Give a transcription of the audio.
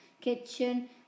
kitchen